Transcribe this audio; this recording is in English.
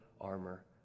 armor